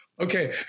Okay